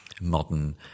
Modern